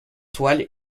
toile